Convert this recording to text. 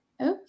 Okay